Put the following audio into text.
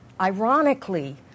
ironically